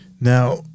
Now